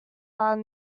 are